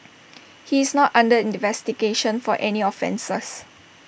he is not under investigation for any offences